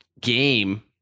game